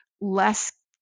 less